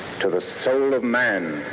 to the soul of man